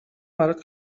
برات